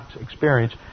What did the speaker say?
experience